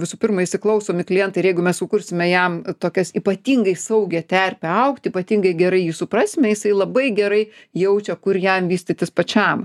visų pirma įsiklausom į klientą ir jeigu mes sukursime jam tokias ypatingai saugią terpę augti ypatingai gerai jį suprasime jisai labai gerai jaučia kur jam vystytis pačiam